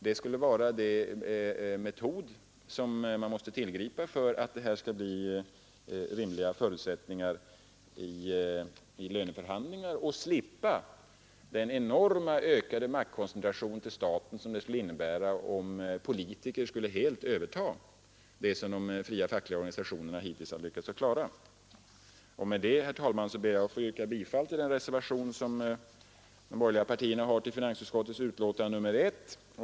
Det är en metod som måste tillgripas för att man skall kunna skapa rimliga förutsättningar för löneförhandlingar och slippa den enormt ökade maktkoncentrationen till staten som blir följden om politiker helt skulle överta det som de fria fackliga organisationerna hittills har lyckats klara. Med det, herr talman, ber jag att få yrka bifall till den reservation som de borgerliga partierna har avgivit till finansutskottets betänkande nr 1.